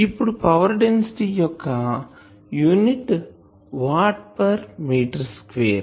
ఇప్పుడు power density యొక్క unit watt per meter square